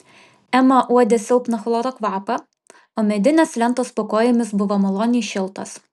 ema uodė silpną chloro kvapą o medinės lentos po kojomis buvo maloniai šiltos